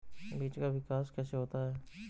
बीज का विकास कैसे होता है?